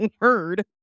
word